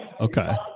Okay